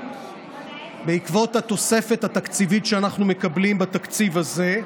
בעקבות התוספת התקציבית שאנחנו מקבלים בתקציב הזה.